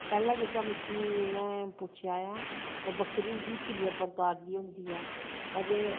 पैह्ला जेह्का मिगी इयां पुच्छेआ ऐ ओह् बकरी किन्ने प्रकार दी होंदी ऐ ते